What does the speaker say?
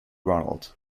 ronald